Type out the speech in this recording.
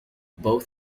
both